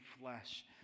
flesh